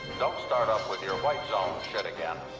don't start up with your white zone shit again.